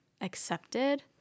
accepted